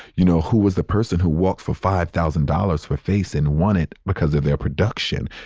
you know, who was the person who walked for five thousand dollars for face and won it because of their production.